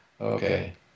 Okay